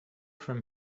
from